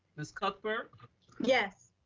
ms. cuthbert yes.